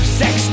sex